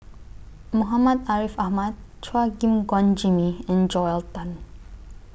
Muhammad Ariff Ahmad Chua Gim Guan Jimmy and Joel Tan